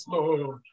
Lord